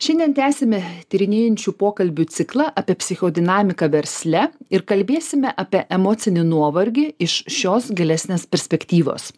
šiandien tęsime tyrinėjančių pokalbių ciklą apie psichodinamiką versle ir kalbėsime apie emocinį nuovargį iš šios gilesnės perspektyvos